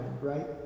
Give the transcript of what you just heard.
right